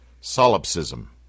Solipsism